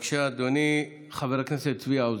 בבקשה, אדוני חבר הכנסת צבי האוזר.